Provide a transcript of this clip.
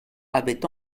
avait